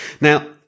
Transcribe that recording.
Now